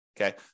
okay